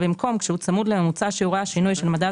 כך שבמקום כשהוא צמוד לממוצע שיעורי השינוי של מדד